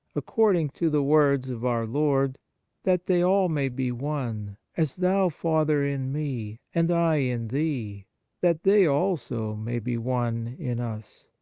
according to the words of our lord that they all may be one as thou, father, in me, and i in thee that they also may be one in us.